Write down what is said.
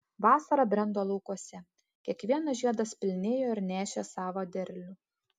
vasara brendo laukuose kiekvienas žiedas pilnėjo ir nešė savo derlių